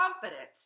Confident